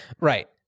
right